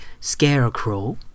scarecrow